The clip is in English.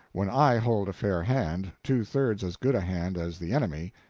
when i hold a fair hand two-thirds as good a hand as the enemy.